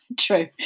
true